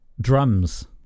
drums